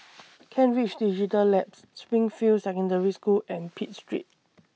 Kent Ridge Digital Labs Springfield Secondary School and Pitt Street